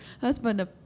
husband